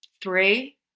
three